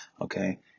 Okay